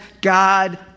God